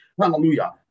Hallelujah